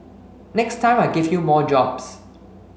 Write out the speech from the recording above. next time I give you more jobs